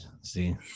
see